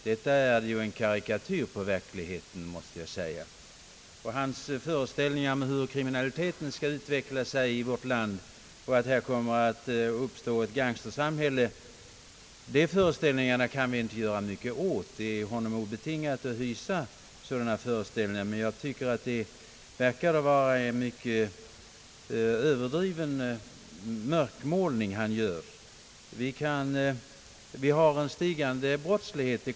Detta är en karikatyr på verkligheten, måste jag säga. Hans föreställningar om hur kriminaliteten skall utveckla sig i vårt land och att här kommer att uppstå ett gangstersamhälle kan vi inte göra mycket åt. Det är honom obetaget att hysa sådana föreställningar. Jag tycker dock att han gör en mycket överdriven mörkmålning. Vi har en stigande brottslighet.